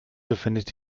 befindet